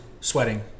sweating